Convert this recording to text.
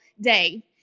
day